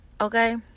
okay